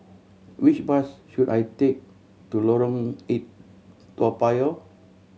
which bus should I take to Lorong Eight Toa Payoh